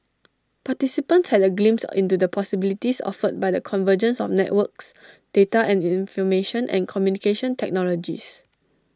participants had A glimpse into the possibilities offered by the convergence of networks data and information and communication technologies